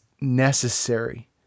necessary